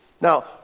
Now